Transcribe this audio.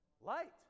Light